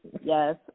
yes